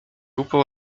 upał